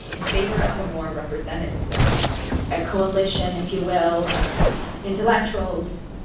in favor of a more representative government a coalition, if you will, of intellectuals,